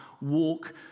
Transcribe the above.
walk